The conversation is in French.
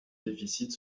déficit